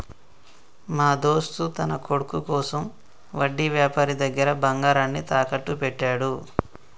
మా దోస్త్ తన కొడుకు కోసం వడ్డీ వ్యాపారి దగ్గర బంగారాన్ని తాకట్టు పెట్టాడు